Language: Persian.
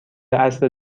عصر